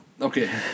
Okay